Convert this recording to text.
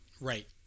Right